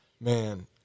Man